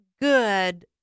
good